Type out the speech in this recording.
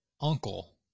uncle